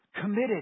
committed